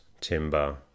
timber